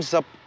up